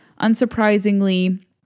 unsurprisingly